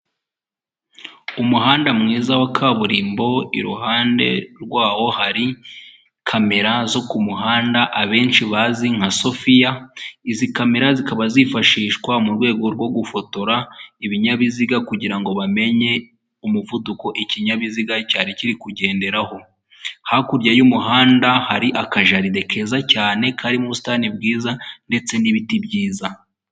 Umuhanda mwiza wa kaburimbo, iruhande rwawo hari kamera zo ku kumuhanda abenshi bazi nka Sophia; izi kamera zikaba zifashishwa mu rwego rwo gufotora ibinyabiziga kugirango bamenye umuvuduko ikinyabiziga cyari kiri kugenderaho. Hakurya y'umuhanda hari akajaride keza cyane, karimo ubusitani bwiza ndetse n'ibiti byiza .